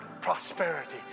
prosperity